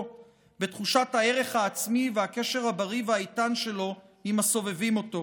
בתחושת הערך העצמי והקשר הבריא והאיתן שלו עם הסובבים אותו.